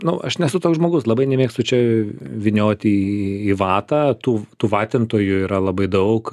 nu aš nesu toks žmogus labai nemėgstu čia vynioti į į vatą tų tų vatintojų yra labai daug